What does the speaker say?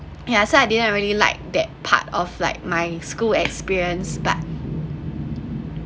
yeah so I didn't really like that part of like my school experience part